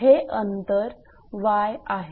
हे अंतर 𝑦 आहे